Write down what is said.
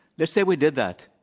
let's say we did that.